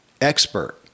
expert